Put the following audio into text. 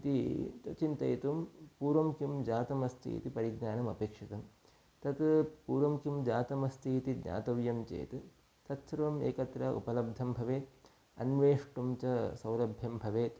इति चिन्तयितुं पूर्वं किं जातम् अस्ति इति परिज्ञानम् अपेक्षितं तत् पूर्वं किं जातम् अस्ति इति ज्ञातव्यं चेत् तत्सर्वम् एकत्र उपलब्धं भवेत् अन्वेष्टुं च सौलभ्यं भवेत्